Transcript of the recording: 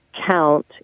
count